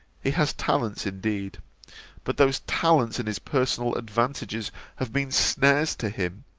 he has talents indeed but those talents and his personal advantages have been snares to him.